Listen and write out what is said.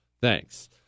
Thanks